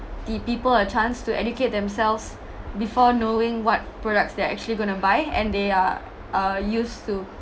the people a chance to educate themselves before knowing what products they're actually going to buy and they are uh used to